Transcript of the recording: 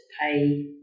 pay